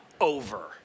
over